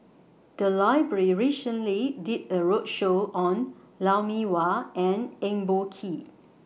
The Library recently did A roadshow on Lou Mee Wah and Eng Boh Kee